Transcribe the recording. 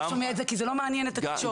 לא שומע את זה כי זה לא מעניין את התקשורת.